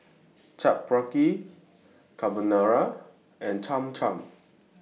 Chaat Papri Carbonara and Cham Cham